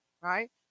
right